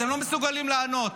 אתם לא מסוגלים לענות.